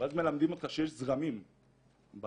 ואז מלמדים אותך שיש זרמים בים,